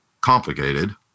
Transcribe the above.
complicated